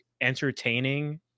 entertaining